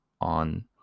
on